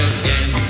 again